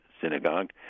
synagogue